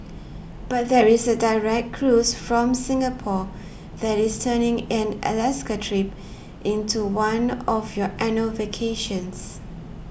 but there is a direct cruise from Singapore that is turning an Alaska trip into one of your annual vacations